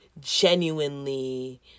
genuinely